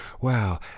Wow